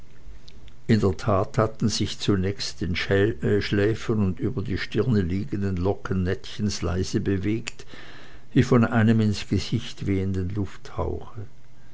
in der tat hatten sich die zunächst den schläfen und über der stirne liegenden locken nettchens leise bewegt wie von einem ins gesicht wehenden lufthauche